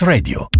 Radio